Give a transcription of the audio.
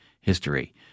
history